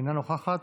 אינה נוכחת.